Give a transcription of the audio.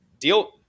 deal